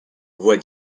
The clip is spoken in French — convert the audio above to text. voie